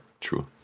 true